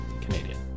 Canadian